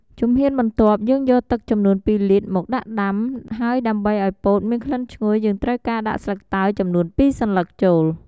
ជំហានបន្ទាប់ យើងយកទឹកចំនួន២លីត្រមកដាក់ដាំ ហើយដើម្បីឱ្យពោតមានក្លិនឈ្ងុយ យើងត្រូវការដាក់ស្លឹកតើយចំនួន២សន្លឹកចូល។